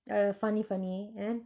uh funny funny and then